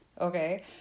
okay